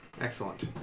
Excellent